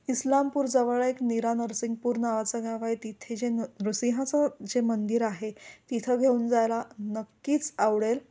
इस्लामपूर जवळ एक निरानरसिंगपूर नावाचं गावय तिथे जे न नृुसिहाचं जे मंदिर आहे तिथं घेऊन जायला नक्कीच आवडेल